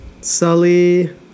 Sully